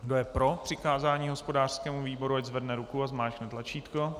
Kdo je pro přikázání hospodářskému výboru, ať zvedne ruku a zmáčkne tlačítko.